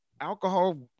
Alcohol